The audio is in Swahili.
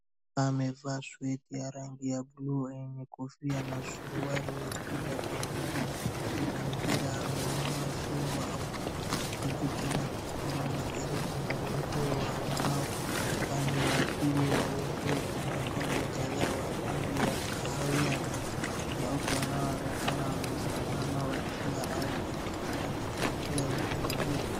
Amevaa sweater ya rangi ya buluu yenye kofia na suruali ya giza pamoja na koti za mpira ameinua fimbo au kijiti na kusimama karibu na uzio wa mbao, upande wa pili wa uzio kuna ng'ombe kadhaa wa rangi ya kahawia na nyeupe wanaoonekana wamesimama wakila au wakiongojea chakula eneo hili.